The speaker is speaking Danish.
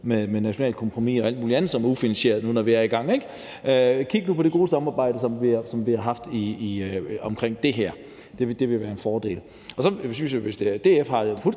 med nationale kompromiser og alt muligt andet, som er ufinansieret, nu vi er i gang, ikke? Kig nu på det gode samarbejde, som vi har haft omkring det her. Det vil være en fordel. Og så vil jeg sige, at hvis DF har et